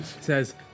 says